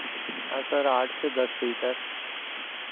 हाँ सर आठ से दस सीटर